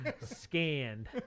Scanned